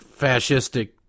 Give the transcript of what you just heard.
fascistic